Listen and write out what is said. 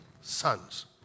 sons